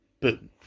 Boom